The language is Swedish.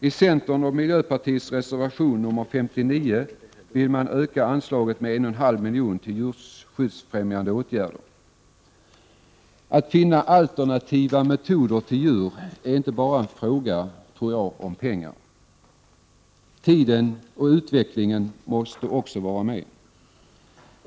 I centerns och miljöpartiets reservation nr 59 vill man öka anslaget till djurskyddsfrämjande åtgärder med 1,5 milj.kr. Att finna alternativa metoder så att man inte behöver använda djur tror jag inte bara är en fråga om pengar. Tiden och utvecklingen måste också vara med.